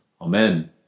Amen